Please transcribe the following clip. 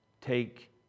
take